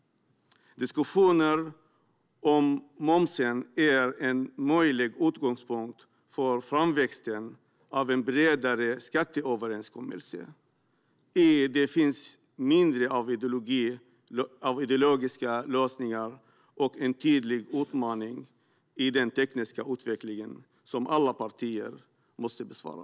Diskussioner om momsen är en möjlig utgångspunkt för framväxten av en bredare skatteöverenskommelse. I den finns mindre av ideologiska låsningar och en tydlig utmaning i den tekniska utvecklingen som alla partier måste besvara."